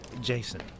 Jason